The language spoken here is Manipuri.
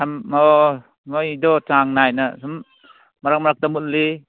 ꯑꯣ ꯃꯩꯗꯨ ꯆꯥꯡ ꯅꯥꯏꯅ ꯁꯨꯝ ꯃꯔꯛ ꯃꯔꯛꯇ ꯃꯨꯠꯂꯤ